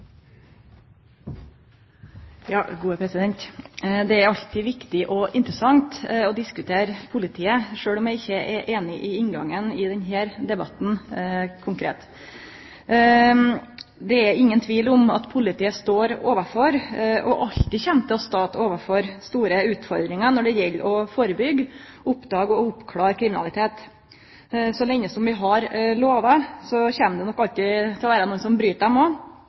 alltid viktig og interessant å diskutere politiet, sjølv om eg ikkje er einig i inngangen i denne konkrete debatten. Det er ingen tvil om at politiet står overfor, og alltid kjem til å stå overfor, store utfordringar når det gjeld å førebyggje, oppdage og oppklare kriminalitet. Så lenge vi har lover, kjem det nok alltid til å vere nokre som